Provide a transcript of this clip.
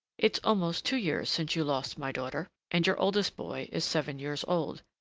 it's almost two years since you lost my daughter, and your oldest boy is seven years old.